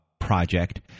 project